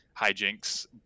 hijinks